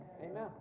Amen